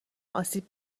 آسیب